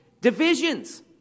divisions